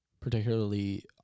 particularly